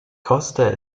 koste